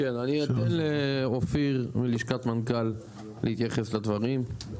אני אתן לאופיר מלשכת מנכ"ל להתייחס לדברים.